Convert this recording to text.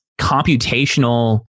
computational